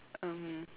um